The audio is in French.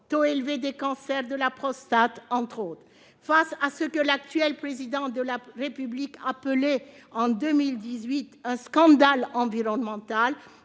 taux élevé des cancers de la prostate, notamment. Face à ce que l'actuel Président de la République appelait en 2018 un « scandale environnemental